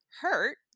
hurt